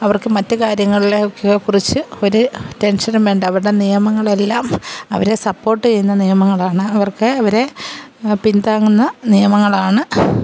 അവർക്ക് മാറ്റ് കാര്യങ്ങളെയൊക്കെക്കുറിച്ച് ഒരു ടെൻഷനും വേണ്ട അവരുടെ നിയമങ്ങളെല്ലാം അവരെ സപ്പോർട്ട് ചെയ്യുന്ന നിയമങ്ങളാണ് അവർക്ക് അവരെ പിന്താങ്ങുന്ന നിയമങ്ങളാണ്